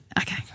Okay